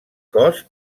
cos